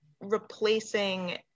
replacing